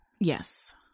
Yes